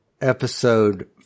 episode